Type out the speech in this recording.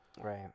Right